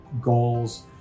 goals